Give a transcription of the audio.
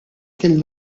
aquell